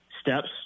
steps